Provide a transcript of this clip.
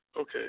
Okay